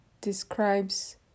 Describes